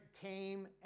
came